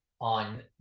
on